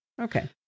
Okay